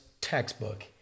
textbook